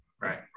Right